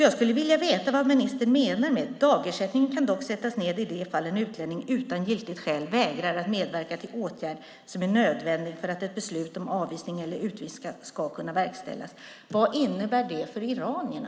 Jag skulle vilja veta vad ministern menar med detta: "Dagersättningen kan dock sättas ned i de fall en utlänning utan giltigt skäl vägrar att medverka till åtgärd som är nödvändig för att ett beslut om avvisning eller utvisning ska kunna verkställas." Vad innebär det för iranierna?